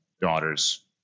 daughters